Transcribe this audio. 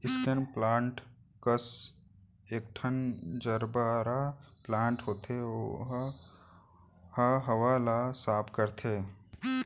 snake plant कस एकठन gerbera plant होथे ओहू ह हवा ल साफ करथे